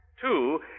Two